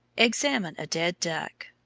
examine a dead duck.